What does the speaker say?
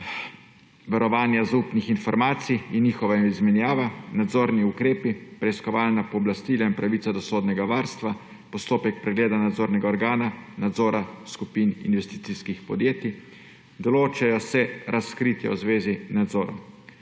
varovanja zaupnih informacij in njihova izmenjava, nadzorni ukrepi, preiskovalna pooblastila in pravica do sodnega varstva, postopek pregleda nadzornega organa nadzora skupin investicijskih podjetij, določajo se razkritja v zvezi z nadzorom.